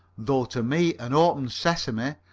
though to me an open sessimy,